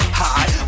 high